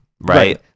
right